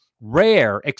rare